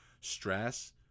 stress